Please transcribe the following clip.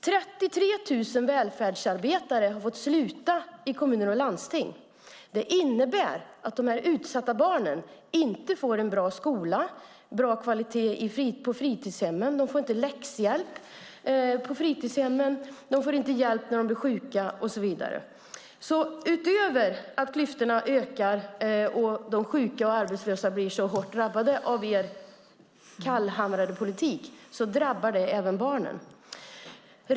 33 000 välfärdsarbetare har fått sluta i kommuner och landsting. Det innebär att de utsatta barnen inte får en bra skola och bra kvalitet på fritidshemmen. De får inte läxhjälp på fritidshemmen, de får inte hjälp när de är sjuka och så vidare. Utöver att klyftorna ökar och att de sjuka och arbetslösa blir så hårt drabbade av er kallhamrade politik drabbar det även barnen.